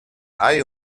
hay